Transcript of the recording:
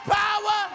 power